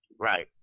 Right